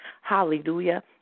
hallelujah